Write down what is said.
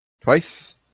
Twice